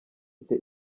mfite